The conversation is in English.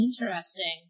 Interesting